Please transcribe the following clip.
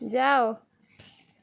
ଯାଅ